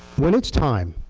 when it's time,